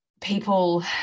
people